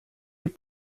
des